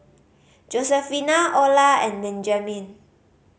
Josefina Ola and Benjamin